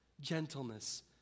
gentleness